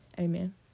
Amen